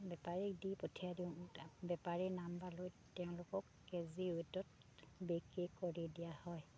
বেপাৰীক দি পঠিয়াই দিওঁ বেপাৰী নাম্বাৰ লৈ তেওঁলোকক কেজি ৱেইটত বিক্ৰী কৰি দিয়া হয়